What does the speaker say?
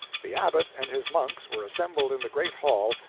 the abbot and his monks were assembled in the great hall,